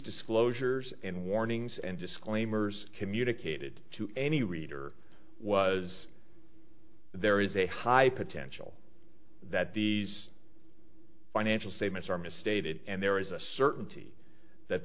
disclosures and warnings and disclaimers communicated to any reader was there is a high potential that these financial statements are misstated and there is a certainty that